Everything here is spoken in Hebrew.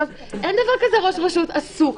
אין דבר כזה ראש רשות עסוק.